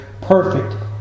perfect